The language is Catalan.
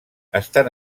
estan